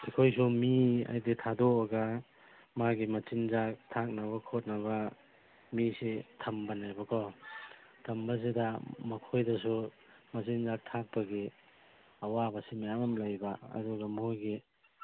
ꯑꯩꯈꯣꯏꯁꯨ ꯃꯤ ꯍꯥꯏꯕꯗꯤ ꯊꯥꯗꯣꯛꯑꯒ ꯃꯥꯒꯤ ꯃꯆꯤꯟꯖꯥꯛ ꯊꯥꯛꯅꯕ ꯈꯣꯠꯅꯕ ꯃꯤꯁꯦ ꯊꯝꯕꯅꯦꯕꯀꯣ ꯊꯝꯕꯁꯤꯗ ꯃꯈꯣꯏꯗꯁꯨ ꯃꯆꯤꯟꯖꯥꯛ ꯊꯥꯛꯄꯒꯤ ꯑꯋꯥꯕꯁꯤ ꯃꯌꯥꯝ ꯑꯃ ꯂꯩꯕ ꯑꯗꯨꯒ ꯃꯈꯣꯏꯒꯤ